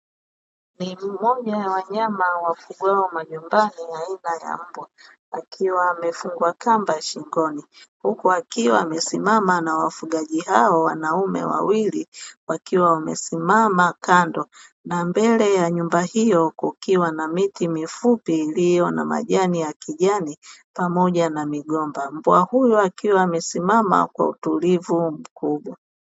Ni mmoja ya wanyama wafugwao majumbani aina ya mbwa akiwa amefungwa kamba shingoni, huku akiwa amesimama na wafugaji hao waume wawili wakiwa wamesimama kando na mbele ya nyumba hiyo kukiwa na miti mifupi iliyo na majani ya kijani, pamoja na migomba mbwa huyo akiwa amesimama kwa utulivu mkubwa.